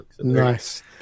Nice